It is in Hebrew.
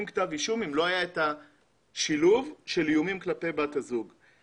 כתב אישום אם לא היה השילוב של האיומים כלפי בת הזוג.